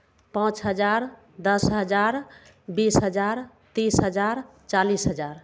पाँच हजार दस हजार बीस हजार तीस हजार चालिस हजार